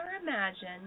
imagine